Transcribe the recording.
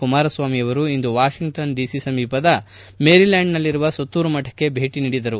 ಕುಮಾರಸ್ವಾಮಿಯವರು ಇಂದು Washington DC ಸಮೀಪದ ಮೇರಿಲ್ಕಾಂಡ್ ನಲ್ಲಿರುವ ಸುತ್ತೂರು ಮಠಕ್ಕೆ ಭೇಟಿ ನೀಡಿದರು